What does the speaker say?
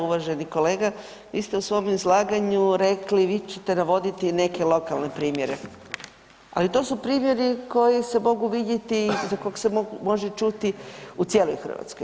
Uvaženi kolega vi ste u svom izlaganju rekli vi ćete navoditi i neke lokalne primjere, ali to su primjeri koji se mogu vidjeti i za kog se može čuti u cijeloj Hrvatskoj.